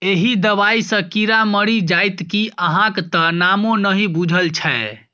एहि दबाई सँ कीड़ा मरि जाइत कि अहाँक त नामो नहि बुझल छै